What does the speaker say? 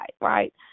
right